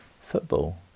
Football